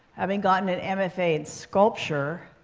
having gotten an mfa in sculpture,